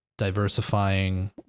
diversifying